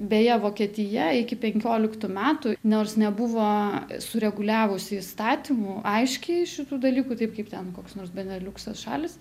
beje vokietija iki penkioliktų metų nors nebuvo sureguliavusi įstatymų aiškiai šitų dalykų taip kaip ten koks nors beneliukso šalys